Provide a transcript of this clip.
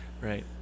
Right